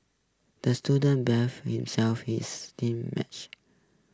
the student beefed himself his team match